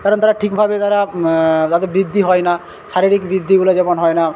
কারণ তারা ঠিকভাবে তারা তাদের বৃদ্ধি হয় না শারীরিক বৃদ্ধিগুলো যেমন হয় না